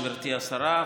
גברתי השרה,